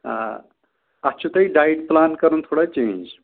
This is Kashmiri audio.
آ اَتھ چھُو تۄہہِ ڈایٹ پٕلان کَرُن تھوڑا چینٛج